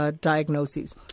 diagnoses